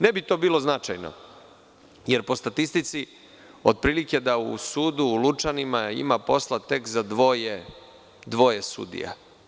Ne bi to bilo značajno, jer po statistici otprilike da u sudu u Lučanima ima posla tek za dvoje sudija.